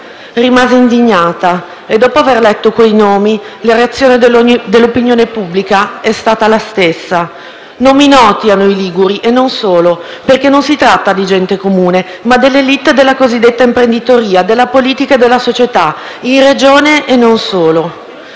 Rimasi indignata e, dopo aver letto quei nomi, la reazione dell'opinione pubblica è stata la stessa. Nomi noti a noi liguri e non solo, perché non si tratta di gente comune, ma delle *élite* della cosiddetta imprenditoria, della politica e della società, in Regione e non solo.